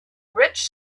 rich